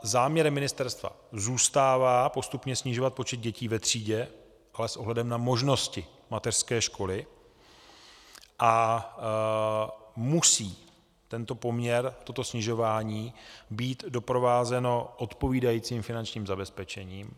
Záměrem ministerstva zůstává postupně snižovat počet dětí ve třídě, ale s ohledem na možnosti mateřské školy a musí tento poměr, toto snižování být doprovázeno odpovídajícím finančním zabezpečením.